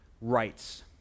rights